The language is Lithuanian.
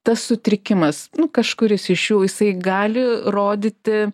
tas sutrikimas nu kažkuris iš jų jisai gali rodyti